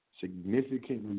significantly